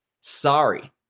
sorry